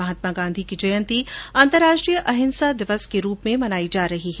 महात्मा गांधी की जयंती अंतर्राष्ट्रीय अहिंसा दिवस के रूप में भी मनाई जा रही है